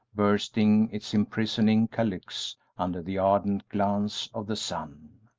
bursting its imprisoning calyx under the ardent glance of the sun.